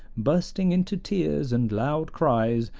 bursting into tears and loud cries,